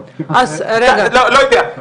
לא יודע.